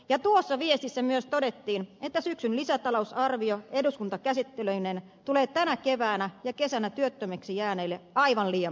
ja tuossa viestissä myös todettiin että syksyn lisätalousarvio eduskuntakäsittelyineen tulee tänä keväänä ja kesänä työttömiksi jääneille aivan liian myöhään